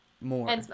more